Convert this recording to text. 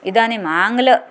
इदानीम् आङ्ग्ल